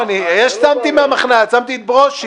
לא, אני שמתי מהמחנה הציוני, שמתי את ברושי.